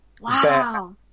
Wow